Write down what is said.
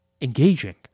engaging